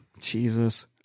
Jesus